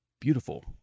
beautiful